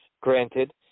Granted